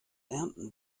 ernten